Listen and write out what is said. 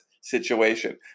situation